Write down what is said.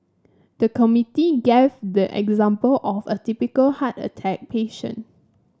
the committee gave the example of a typical heart attack patient